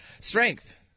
Strength